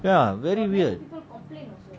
ya very weird